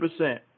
100%